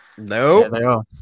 nope